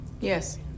Yes